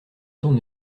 temps